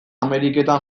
ameriketan